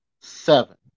seven